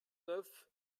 neuf